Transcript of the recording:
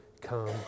come